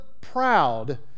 proud